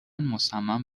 مصمم